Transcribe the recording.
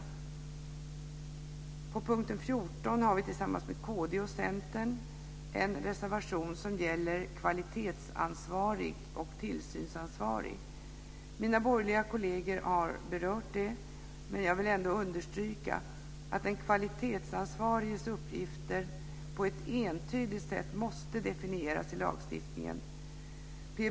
Under punkt 14 har vi, tillsammans med kd och Centern, en reservation som gäller kvalitetsansvarig och tillsynsansvarig. Mina borgerliga kolleger har berört det. Jag vill ändå understryka att den kvalitetsansvariges uppgifter på ett entydigt sätt måste definieras i lagstiftningen.